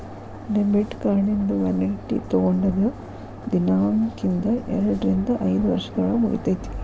debit ಕಾರ್ಡಿಂದು validity ತೊಗೊಂಡದ್ ದಿನಾಂಕ್ದಿಂದ ಎರಡರಿಂದ ಐದ್ ವರ್ಷದೊಳಗ ಮುಗಿತೈತಿ